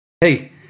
hey